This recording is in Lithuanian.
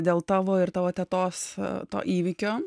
dėl tavo ir tavo tetos to įvykio